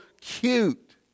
cute